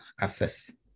access